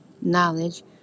knowledge